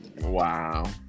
Wow